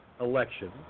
election